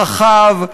רחב,